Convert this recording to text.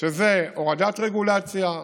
שזה הורדת רגולציה,